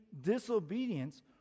disobedience